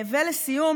ולסיום,